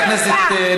אתה צריך להוציא אותה.